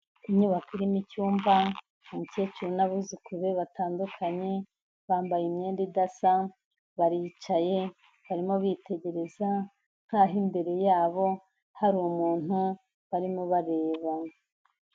Inyubako irimo icyumba, umukecuru n'abuzukuru be batandukanye, bambaye imyenda idasa baricaye, barimo bitegereza nk'aho imbere yabo hari umuntu barimo bareba.